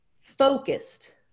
focused